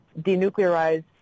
denuclearize